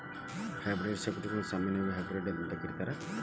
hybrid ಸೆಕ್ಯುರಿಟಿಗಳನ್ನ ಸಾಮಾನ್ಯವಾಗಿ hybrid ಅಂತ ಕರೇತಾರ